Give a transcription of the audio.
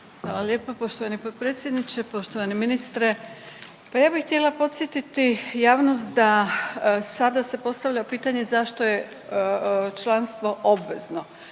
Hvala lijepo poštovani potpredsjedniče. Poštovani ministre, pa ja bih htjela podsjetiti javnost da sada se postavlja pitanje zašto je članstvo obvezno.